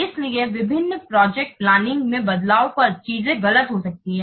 इसलिए विभिन्न project planning में बदलाव पर चीजें गलत हो सकती हैं